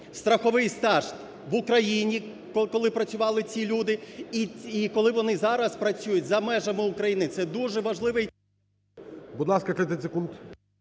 страховий стаж в Україні, коли працювали ці люди, і коли вони зараз працюють за межами України, це дуже важливий... ГОЛОВУЮЧИЙ. Будь ласка, 30 секунд.